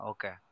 Okay